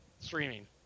streaming